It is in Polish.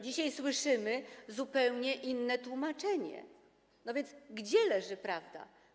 Dzisiaj słyszymy zupełnie inne tłumaczenie, więc gdzie leży prawda?